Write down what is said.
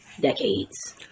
decades